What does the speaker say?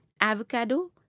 avocado